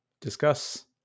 discuss